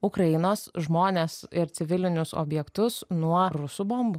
ukrainos žmones ir civilinius objektus nuo rusų bombų